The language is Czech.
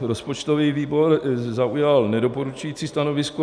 Rozpočtový výbor zaujal nedoporučující stanovisko.